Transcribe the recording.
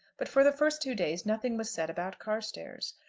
but for the first two days nothing was said about carstairs.